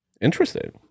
interesting